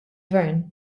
gvern